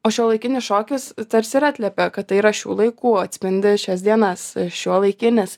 o šiuolaikinis šokis tarsi ir atliepia kad tai yra šių laikų atspindi šias dienas šiuolaikinis